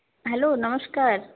hello নমস্কার